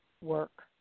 work